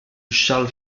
charles